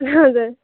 हजुर